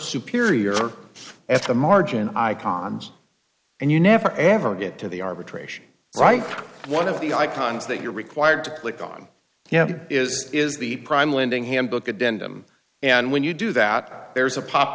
superior at the margin icons and you never ever get to the arbitration right one of the icons that you're required to click on is is the prime lending handbook at the end i'm and when you do that there's a pop